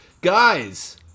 Guys